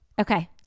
Okay